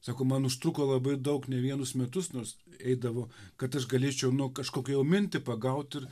sako man užtruko labai daug ne vienus metus nors eidavo kad aš galėčiau nu kažkokią jau mintį pagaut ir